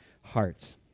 hearts